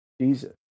Jesus